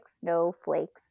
snowflakes